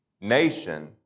nation